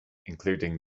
including